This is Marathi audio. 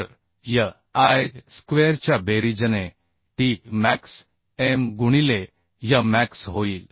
तर y i स्क्वेअरच्या बेरीजने t मॅक्स m गुणिले y मॅक्स होईल